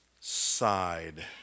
side